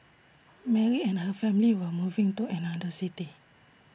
Mary and her family were moving to another city